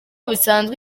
bisanzwe